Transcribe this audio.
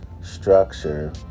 structure